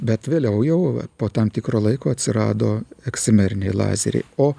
bet vėliau jau po tam tikro laiko atsirado eksimeriniai lazeriai o